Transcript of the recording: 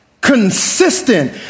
consistent